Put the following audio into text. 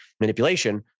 manipulation